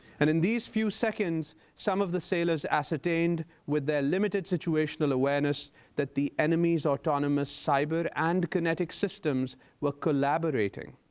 and in these few seconds some of the sailors ascertained with their limited situational awareness that the enemy's autonomous cyber and kinetic systems were collaborating.